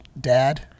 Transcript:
dad